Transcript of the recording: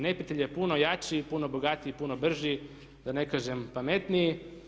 Neprijatelj je puno jači i puno bogatiji i puno brži da ne kažem pametniji.